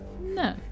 No